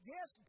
Yes